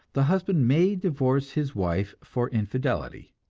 the husband may divorce his wife for infidelity,